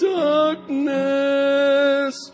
darkness